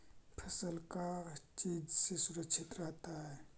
फसल का चीज से सुरक्षित रहता है?